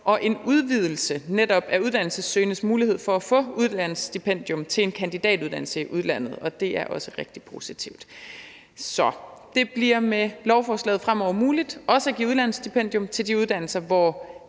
og en udvidelse af netop uddannelsessøgendes muligheder for at få udlandsstipendium til en kandidatuddannelse i udlandet – og det er også rigtig positivt. Det bliver med lovforslaget fremover muligt også at give udlandsstipendium til de uddannelser, hvor